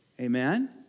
amen